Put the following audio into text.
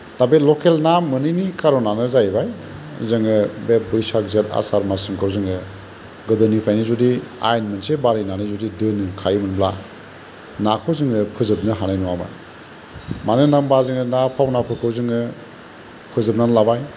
दा बे लकेल ना मोनैनि कारनानो जाहैबाय जोङो बे बैसाग जेठ आसार माससिमखौ जोङो गोदोनिफ्रायनो जुदि आयेन मोनसो बानायनानै जुदि दोनोखायोमोनब्ला नाखौ जोङो फोजोबनो हानाय नङामोन मानो होनना होनब्ला जों ना फावनाफोरखौ जोङो फोजोबनानै लाबाय